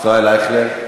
ישראל אייכלר,